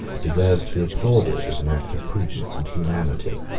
deserves to be applauded as an act of prudence and humanity.